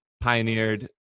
Pioneered